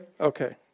Okay